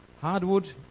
Hardwood